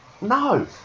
no